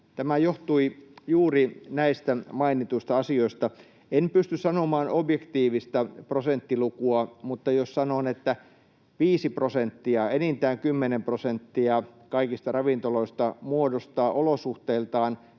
Tämä johtui juuri näistä mainituista asioista. En pysty sanomaan objektiivista prosenttilukua, mutta sanon, että 5 prosenttia, enintään 10 prosenttia, kaikista ravintoloista muodostaa olosuhteiltaan